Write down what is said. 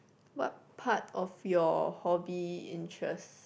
what part of your hobby interest